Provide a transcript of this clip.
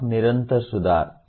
और निरंतर सुधार